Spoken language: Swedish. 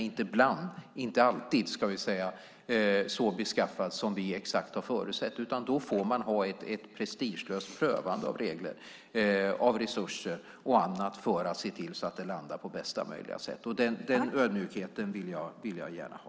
Men verkligheten är inte alltid beskaffad så som vi har förutsett. Då får man ha ett prestigelöst prövande av regler, resurser och annat, för att se till att det landar på bästa möjliga sätt. Den ödmjukheten vill jag gärna ha.